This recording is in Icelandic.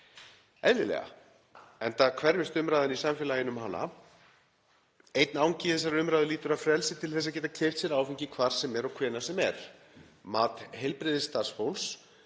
Einn angi þessarar umræðu lýtur að frelsi til að geta keypt sér áfengi hvar sem er og hvenær sem er. Mat heilbrigðisstarfsfólks